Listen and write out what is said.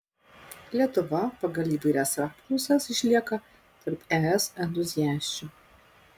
lietuva pagal įvairias apklausas išlieka tarp es entuziasčių